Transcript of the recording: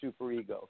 superego